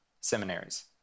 seminaries